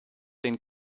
den